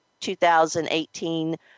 2018